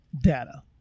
data